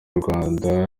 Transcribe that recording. rwanda